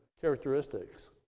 characteristics